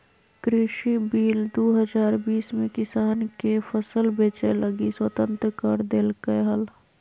कृषि बिल दू हजार बीस में किसान के फसल बेचय लगी स्वतंत्र कर देल्कैय हल